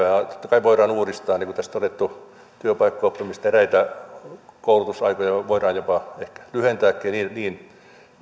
kai voidaan uudistaa niin kuin tässä on todettu työpaikkaoppimista ja näitä ja koulutusaikoja voidaan jopa ehkä lyhentääkin ja niin